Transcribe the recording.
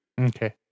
Okay